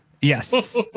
Yes